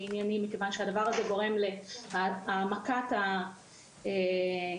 מכיוון שזה גורם להעמקת הסכסוך,